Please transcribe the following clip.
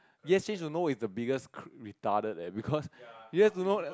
yes change to no is the biggest retarded leh because because do not